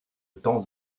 temps